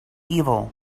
evil